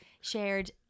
shared